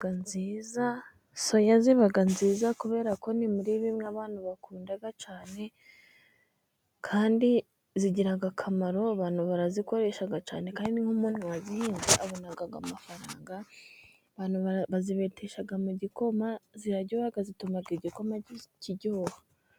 Ziba nziza, soya ziba nziza, kubera ko ni muri bimwe abantu bakunda cyane, kandi zigira akamaro, abantu barazikoresha cyane, kandi n' umuntu wazihinga abona amafaranga, bazibetesha mu gikoma, ziraryoha, zituma igikoma kiryoha.